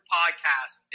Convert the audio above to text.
podcast